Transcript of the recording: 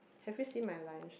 have you seen my line shirt